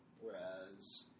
Whereas